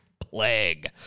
Plague